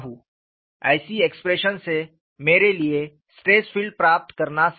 ऐसी एक्सप्रेशन से मेरे लिए स्ट्रेस फील्ड प्राप्त करना संभव है